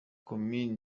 komini